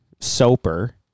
Soper